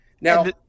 Now